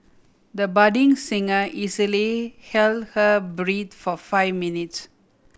the budding singer easily held her breath for five minutes